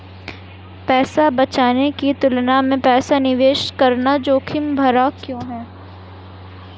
पैसा बचाने की तुलना में पैसा निवेश करना जोखिम भरा क्यों है?